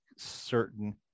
certain